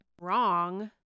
wrong